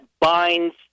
binds